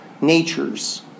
natures